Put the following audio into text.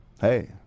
Hey